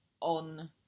on